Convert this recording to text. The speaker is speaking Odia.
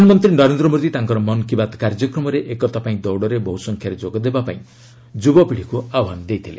ପ୍ରଧାନମନ୍ତ୍ରୀ ନରେନ୍ଦ୍ର ମୋଦି ତାଙ୍କର ମନ୍ କୀ ବାତ୍ କାର୍ଯ୍ୟକ୍ରମରେ ଏକତା ପାଇଁ ଦୌଡ଼ରେ ବହୁ ସଂଖ୍ୟାରେ ଯୋଗଦେବାପାଇଁ ଯୁବପିଢ଼ିଙ୍କୁ ଆହ୍ୱାନ ଦେଇଛନ୍ତି